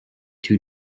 two